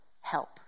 help